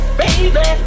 baby